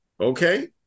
okay